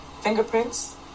fingerprints